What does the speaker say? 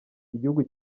igihugu